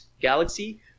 galaxy